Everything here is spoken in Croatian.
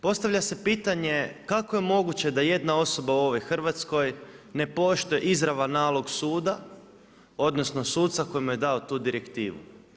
Postavlja se pitanje, kako je moguće da jedna osoba u ovoj Hrvatskoj, ne poštuje izravan nalog suda, odnosno, suca kojem je dao tu direktivu.